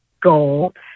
gold